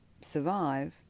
survive